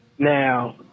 Now